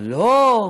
אבל לא.